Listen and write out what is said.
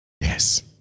Yes